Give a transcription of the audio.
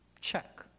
Check